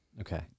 okay